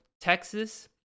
Texas